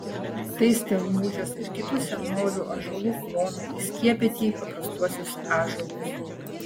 tai stelmužės ir kitų senolių ąžuolų klonai įskiepyti į paprastuosius ąžuolus